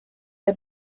der